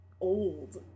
old